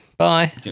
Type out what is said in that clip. Bye